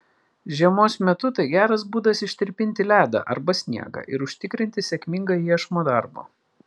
žiemos metu tai geras būdas ištirpinti ledą arba sniegą ir užtikrinti sėkmingą iešmo darbą